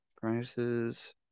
Prices